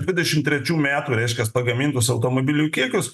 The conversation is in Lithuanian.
dvidešimt trečių metų reiškias pagamintus automobilių kiekius